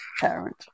parent